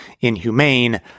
inhumane